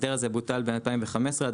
ההסדר הזה בוטל בינתיים ב-2015.